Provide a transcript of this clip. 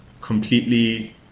completely